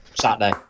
Saturday